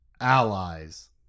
Allies